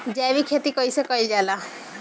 जैविक खेती कईसे कईल जाला?